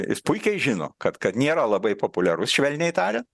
jis puikiai žino kad kad nėra labai populiarus švelniai tariant